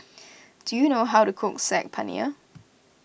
do you know how to cook Saag Paneer